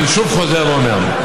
אני שוב חוזר ואומר: